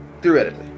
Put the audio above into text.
Theoretically